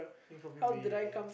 I think for me it'll be